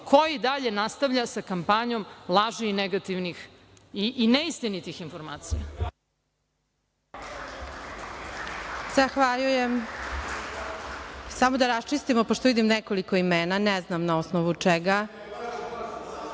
ko i dalje nastavlja sa kampanjom laži i negativnih i neistinitih informacija. **Elvira Kovač** Zahvaljujem. Samo da raščistimo, pošto vidim nekoliko imena, ne znam na osnovu čega.